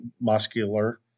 muscular